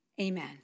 amen